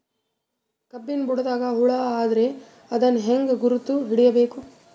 ಕಬ್ಬಿನ್ ಬುಡದಾಗ ಹುಳ ಆದರ ಅದನ್ ಹೆಂಗ್ ಗುರುತ ಹಿಡಿಬೇಕ?